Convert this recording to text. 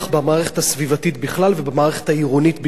במערכת הסביבתית בכלל ובמערכת העירונית במיוחד.